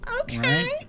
okay